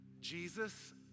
Jesus